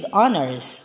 honors